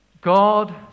God